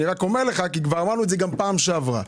אני רק אומר לך כי כבר אמרנו את זה בפעם הקודמת.